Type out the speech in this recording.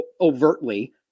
overtly